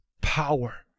power